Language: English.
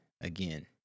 Again